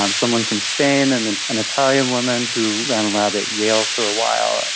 um someone from spain, and and an italian woman who ran a lab at yale for a while,